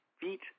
feet